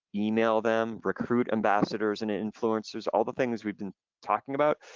email them, recruit ambassadors and influencers, all the things we've been talking about.